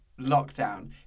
lockdown